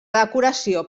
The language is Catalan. decoració